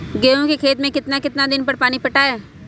गेंहू के खेत मे कितना कितना दिन पर पानी पटाये?